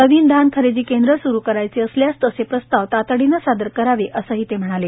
नवीन धान खरेदी केंद्र स्रू करायचे असल्यास तसे प्रस्ताव तातडीने सादर करावे असेही ते म्हणाले